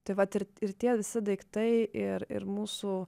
tai vat ir ir tie visi daiktai ir ir mūsų